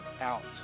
out